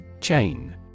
Chain